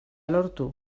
lortu